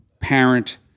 parent